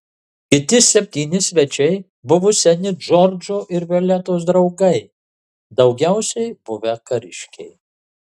kiti septyni svečiai buvo seni džordžo ir violetos draugai daugiausiai buvę kariškiai